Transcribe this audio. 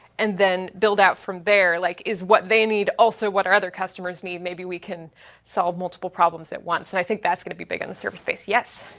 and then build out from there, like is what they need also what our other customers need, maybe we can solve multiple problems at once, and i think that's going to be big in the server space. yes.